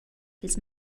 pils